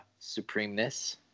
supremeness